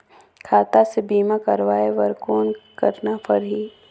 खाता से बीमा करवाय बर कौन करना परही?